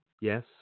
Yes